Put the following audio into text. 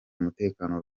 umutekano